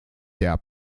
der